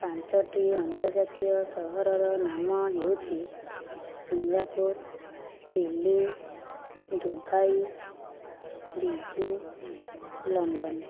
ପାଞ୍ଚୋଟି ଅନ୍ତର୍ଜାତୀୟ ସହରର ନାମ ହେଉଛି Singapore Delhi Dubai Beijing London